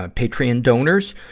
ah patreon donors,